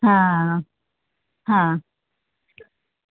હા હા